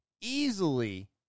easily